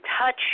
touch